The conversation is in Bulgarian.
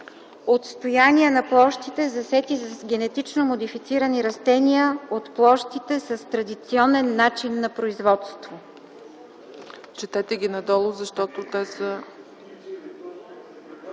Отстояния на площите, засети с генетично модифицирани растения от площите с традиционен начин на производство.”